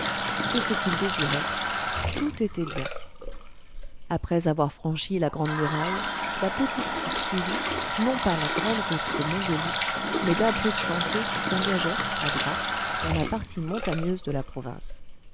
c'est ce qu'il désirait tout était bien après avoir franchi la grande muraille la petite troupe suivit non pas la grande route de mongolie mais d'abrupts sentiers qui s'engageaient à droite dans la partie montagneuse de la province